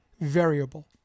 variable